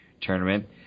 tournament